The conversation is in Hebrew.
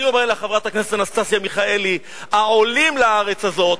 אני אומר לחברת הכנסת אנסטסיה מיכאלי: העולים לארץ הזאת,